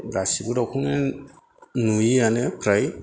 गासिबो दाउखौनो नुयोआनो फ्राय